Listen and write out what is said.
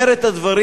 אומר את הדברים.